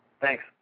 Thanks